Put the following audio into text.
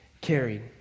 carried